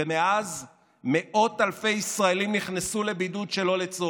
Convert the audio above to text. ומאז מאות אלפי ישראלים נכנסו לבידוד שלא לצורך.